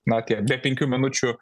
na tie be penkių minučių